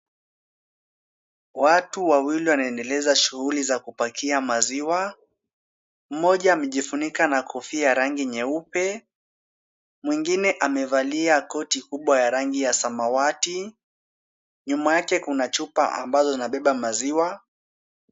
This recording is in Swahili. Watu wawili wanaendeleza shughuli za kupakia maziwa. Mmoja amejifunika na kofia ya rangi nyeupe. Mwingine amevalia koti kubwa ya rangi ya samawati. Nyuma yake kuna chupa ambazo zinabeba maziwa.